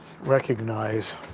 recognize